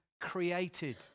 created